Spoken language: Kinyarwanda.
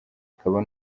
akaba